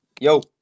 Yo